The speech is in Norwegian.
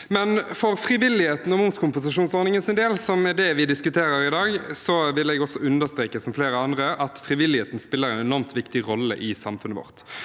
For frivilligheten og momskompensasjonsordningens del, som er det vi diskuterer i dag, vil også jeg understreke, som flere andre, at frivilligheten spiller en enormt viktig rolle i samfunnet vårt.